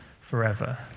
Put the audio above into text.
forever